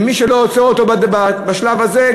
מי שלא עוצר אותו בשלב הזה,